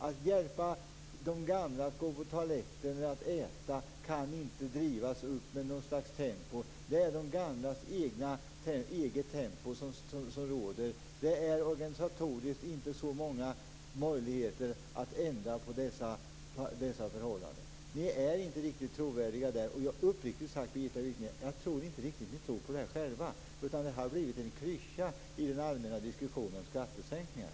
Det går inte att driva upp tempot när det gäller att hjälpa de gamla att gå på toaletten eller äta. Det är de gamlas eget tempo som råder. Det finns organisatoriskt inte så många möjligheter att ändra på dessa förhållanden. Ni är inte riktigt trovärdiga här. Uppriktigt sagt, Birgitta Wichne, tror jag inte riktigt att ni tror på detta själva, utan det har blivit en klyscha i den allmänna diskussionen om skattesänkningar.